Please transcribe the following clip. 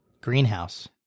greenhouse